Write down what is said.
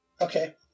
Okay